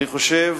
אני חושב,